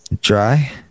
Dry